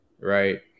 right